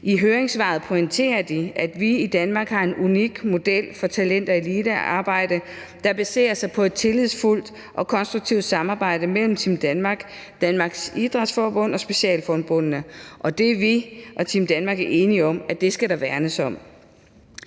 I høringssvaret pointerer de, at vi i Danmark har en unik model for talenter i elitearbejde, der baserer sig på et tillidsfuldt og konstruktivt samarbejde mellem Team Danmark, Danmarks Idrætsforbund og specialforbundene. Og vi og Team Danmark er enige om, at det skal der værnes om.